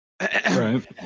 Right